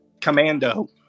Commando